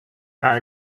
are